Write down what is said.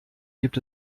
gibt